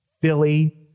Philly